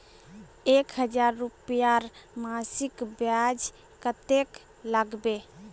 एक हजार रूपयार मासिक ब्याज कतेक लागबे?